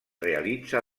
realitza